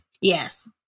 yes